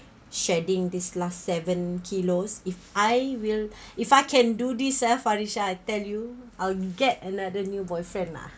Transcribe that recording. shedding this last seven kilos if I will if I can do this ah farisyah I tell you I'll get another new boyfriend lah